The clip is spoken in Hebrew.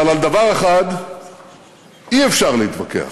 אבל על דבר אחד אי-אפשר להתווכח: